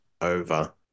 over